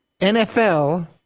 NFL